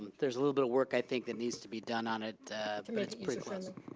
there's a little bit of work i think that needs to be done on it but it's pretty close.